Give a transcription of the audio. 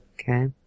Okay